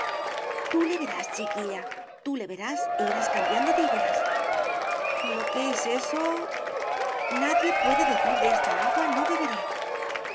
tú le verás chiquilla tú le verás e irás cambiando de ideas lo que es eso nadie puede decir de esta agua no beberé